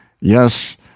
Yes